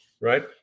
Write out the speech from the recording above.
right